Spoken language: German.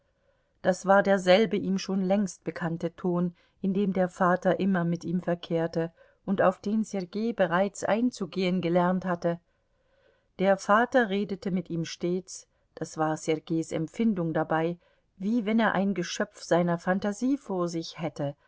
das war derselbe ihm schon längst bekannte ton in dem der vater immer mit ihm verkehrte und auf den sergei bereits einzugehen gelernt hatte der vater redete mit ihm stets das war sergeis empfindung dabei wie wenn er ein geschöpf seiner phantasie vor sich hätte